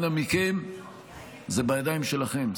אנא מכם, זה בידיים שלכם.